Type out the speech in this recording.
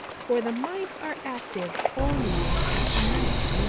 for the mice are active only at night.